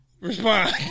Respond